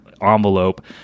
envelope